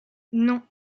non